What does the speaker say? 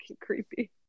creepy